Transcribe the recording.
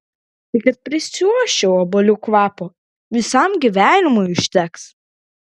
tai kad prisiuosčiau obuolių kvapo visam gyvenimui užteks